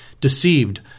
deceived